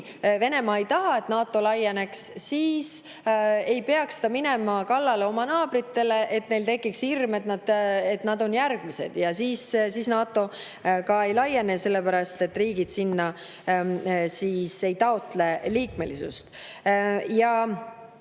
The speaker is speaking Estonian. Venemaa ei taha, et NATO laieneks, siis ei peaks ta minema kallale oma naabritele, sest [teistel] tekib hirm, et nad on järgmised, ja siis NATO ka ei laieneks, sellepärast et riigid ei taotleks selle liikmelisust.